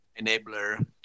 enabler